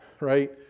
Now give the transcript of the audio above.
right